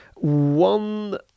One